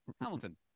Hamilton